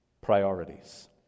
priorities